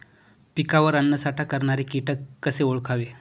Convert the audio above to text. पिकावर अन्नसाठा करणारे किटक कसे ओळखावे?